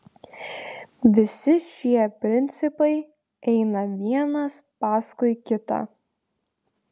visi šie principai eina vienas paskui kitą